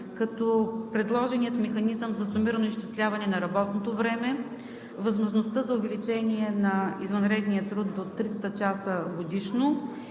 като предложения механизъм за сумирано изчисляване на работното време, възможността за увеличение на извънредния труд до 300 часа годишно